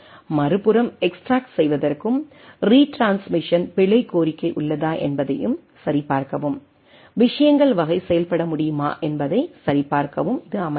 மறுபுறம் எஸ்ட்ராக்ட் செய்வதற்கும் ரீட்ரான்ஸ்மிசனின் பிழை கோரிக்கை உள்ளதா என்பதையும் சரிபார்க்கவும் விஷயங்கள் வகை செயல்பட முடியுமா என்பதை சரிபார்க்கவும் இது அமைகிறது